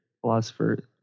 philosopher